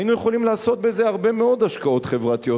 היינו יכולים לעשות בזה הרבה מאוד השקעות חברתיות.